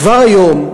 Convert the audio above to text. כבר היום,